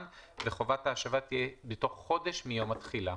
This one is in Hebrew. וחובת ההשבה תהיה בתוך חודש מיום התחילה.